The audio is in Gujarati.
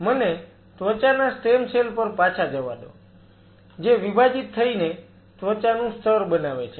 મને ત્વચાના સ્ટેમ સેલ્સ પર પાછા જવા દો જે વિભાજીત થઈને ત્વચાનું સ્તર બનાવે છે